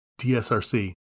DSRC